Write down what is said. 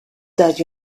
that